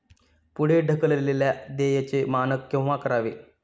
पुढे ढकललेल्या देयचे मानक केव्हा करावे?